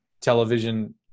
television